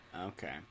Okay